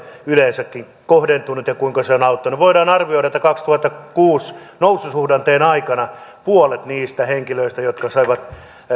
yleensäkin kohdentuneet ja kuinka ne ovat auttaneet voidaan arvioida että kaksituhattakuusi noususuhdanteen aikana puolet niistä henkilöistä jotka saivat